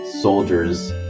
soldiers